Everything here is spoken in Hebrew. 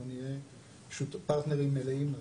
אנחנו נהיה פרטנרים מלאים לעניין.